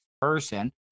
person